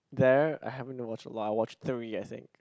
there I haven't watched a lot I watched three I think